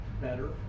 better